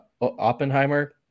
Oppenheimer